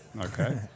Okay